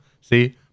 see